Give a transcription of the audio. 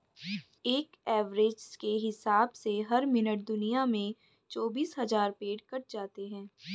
एक एवरेज के हिसाब से हर मिनट दुनिया में चौबीस हज़ार पेड़ कट जाते हैं